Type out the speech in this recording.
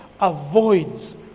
avoids